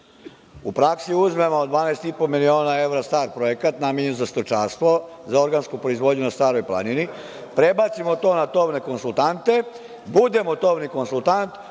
U praksi uzmemo 12,5 miliona evra projekat namenjen za stočarstvo za organsku proizvodnju na Staroj planini, prebacimo to na tovne konsultante, budemo tovni konsultant,